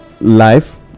life